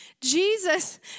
jesus